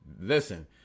Listen